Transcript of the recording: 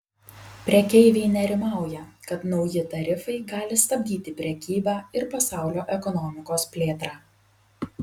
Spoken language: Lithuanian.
prekeiviai nerimauja kad nauji tarifai gali stabdyti prekybą ir pasaulio ekonomikos plėtrą